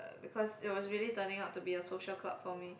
because it was really turning out to be a social club for me